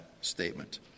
statement